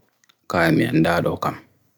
kaya mian daa dokam.